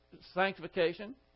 sanctification